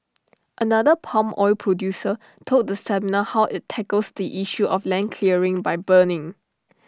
another palm oil producer told the seminar how IT tackles the issue of land clearing by burning